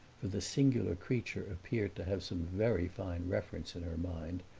for the singular creature appeared to have some very fine reference in her mind,